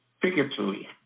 Figuratively